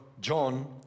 John